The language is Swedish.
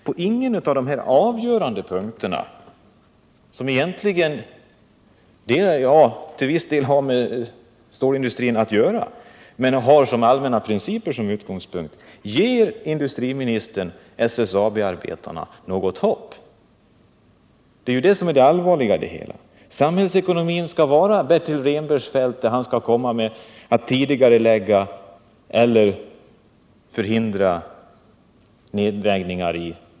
På ingen av de här avgörande punkterna, som egentligen till viss del har med stålindustrin att göra men med allmänna principer som utgångspunkt, ger industriministern SSAB-arbetarna något hopp. Det är ju det som är det allvarliga. Samhällsekonomin skall vara Bertil Rehnbergs fält, där han skall tidigarelägga eller förhindra nedläggningar.